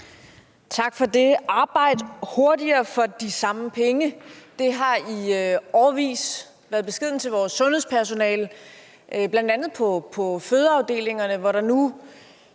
Tak for det. Arbejd hurtigere for de samme penge! Det har i årevis været beskeden til vores sundhedspersonale bl.a. på fødeafdelingerne, hvor der nu